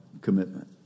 commitment